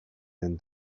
den